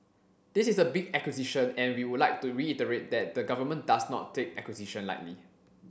this is a big acquisition and we would like to reiterate that the government does not take acquisition lightly